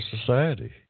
society